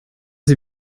sie